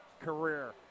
career